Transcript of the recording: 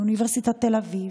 מאוניברסיטת תל אביב,